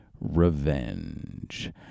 Revenge